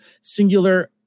singular